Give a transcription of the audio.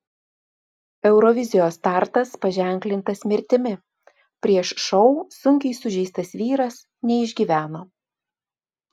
eurovizijos startas paženklintas mirtimi prieš šou sunkiai sužeistas vyras neišgyveno